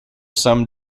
some